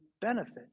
benefit